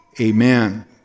amen